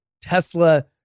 Tesla